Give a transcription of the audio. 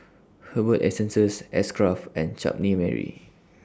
Herbal Essences X Craft and Chutney Mary